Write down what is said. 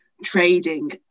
trading